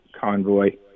convoy